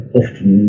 often